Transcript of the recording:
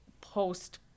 post